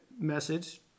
message